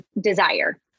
desire